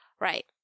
right